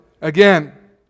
again